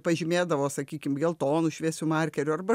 pažymėdavo sakykim geltonu šviesiu markeriu arba